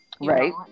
Right